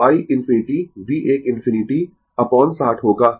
तो i ∞ V 1 ∞ upon 60 होगा